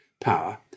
power